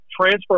transfer